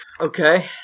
Okay